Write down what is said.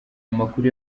amakuru